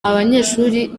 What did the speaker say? abanyeshuri